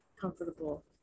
comfortable